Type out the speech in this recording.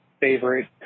favorite